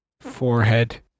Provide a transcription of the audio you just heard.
Forehead